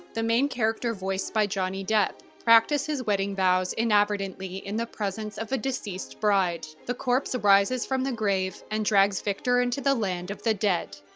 the main character voiced by johnny depp, practice his wedding vows inadvertently in the presence of a deceased bride. the corpse rises from the grave and drags victor into the land of the dead.